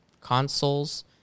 consoles